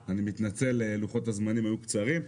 אז אני מתנצל, לוחות הזמנים היו קצרים.